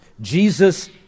Jesus